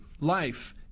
life